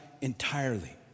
entirely